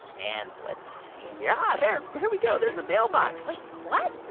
and let's see. yeah there there we go. there's a mailbox wait. what?